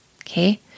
okay